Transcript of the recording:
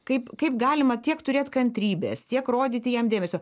kaip kaip galima tiek turėt kantrybės tiek rodyti jam dėmesio